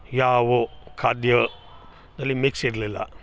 ಯಾವ ಖಾದ್ಯದಲ್ಲಿ ಮಿಕ್ಸ್ ಇರಲಿಲ್ಲ